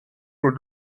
von